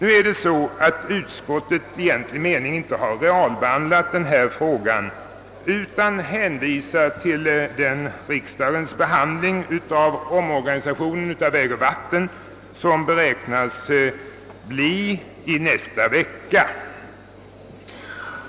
Utskottet har inte i egentlig mening realbehandlat denna fråga utan hänvisar till den riksdagsbehandling av vägoch vattenbyggnadsstyrelsens omorganisation som väntas i nästa vecka.